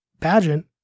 pageant